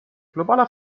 globaler